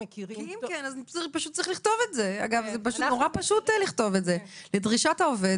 אחרת צריך לכתוב את זה: לדרישת העובד,